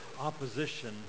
opposition